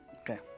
Okay